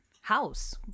house